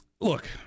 look